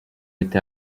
été